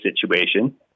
situation